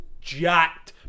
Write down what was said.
jacked